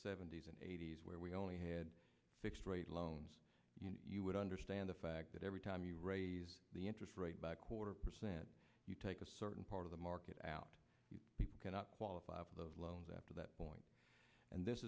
seventy's and eighty's where we only had fixed rate loans you would understand the fact that every time you raise the interest rate by a quarter percent you take a certain part of the market out you cannot qualify for those loans after that point and this